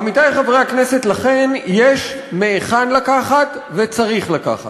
עמיתי חברי הכנסת, לכן יש מהיכן לקחת וצריך לקחת.